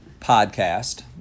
podcast